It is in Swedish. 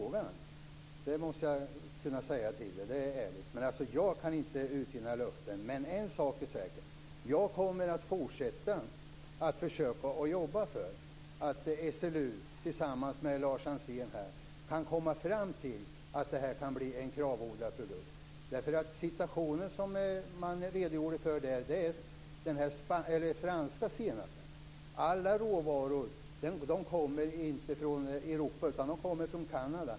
Det är ärligt sagt till dig. Jag kan inte utvinna löften, men jag kommer att fortsätta att försöka jobba för att SLU tillsammans med Lars Ansén kan komma fram till att detta kan bli en Kravodlad produkt. Alla råvarorna i den franska senapen kommer inte från Europa utan de kommer från Kanada.